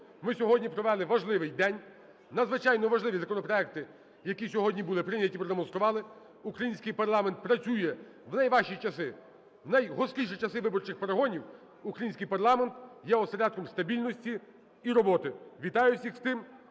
Ми сьогодні провели важливий день. Надзвичайно важливі законопроекти, які сьогодні були прийняті, продемонстрували: український парламент працює в найважчі часи, в найгостріші часи виборчих перегонів, український парламент є осередком стабільності і роботи. Вітаю всіх з тим!